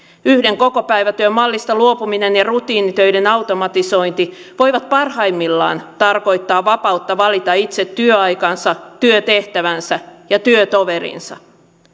yhdestä kokopäivätyön mallista luopuminen ja rutiinitöiden automatisointi voivat parhaimmillaan tarkoittaa vapautta valita itse työaikansa työtehtävänsä ja työtoverinsa